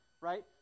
right